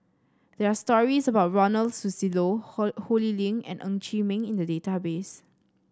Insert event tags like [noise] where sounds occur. there are stories about Ronald Susilo [unintelligible] Ho Lee Ling and Ng Chee Meng in the database